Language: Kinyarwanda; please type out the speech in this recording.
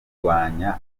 kurwanya